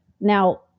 Now